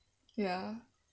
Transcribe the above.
ya